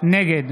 נגד